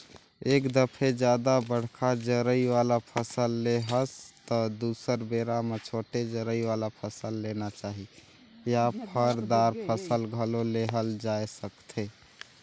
एक दफे जादा बड़का जरई वाला फसल ले हस त दुसर बेरा म छोटे जरई वाला फसल लेना चाही या फर, दार फसल घलो लेहल जाए सकथे